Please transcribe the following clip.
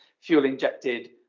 fuel-injected